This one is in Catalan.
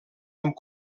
amb